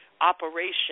operation